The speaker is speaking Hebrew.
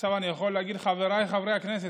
עכשיו אני יכול להגיד חבריי חברי הכנסת,